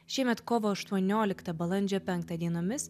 šiemet kovo aštuonioliktą balandžio penktą dienomis